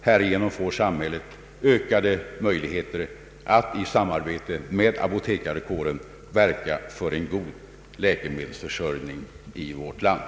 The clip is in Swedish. Härigenom får samhället ökade möjligheter att i samarbete med apotekarkåren verka för en god läkemedelsförsörjning i vårt land.